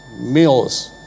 meals